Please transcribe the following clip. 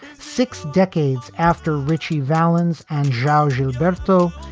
six decades after ritchie valens and giorgio bairstow,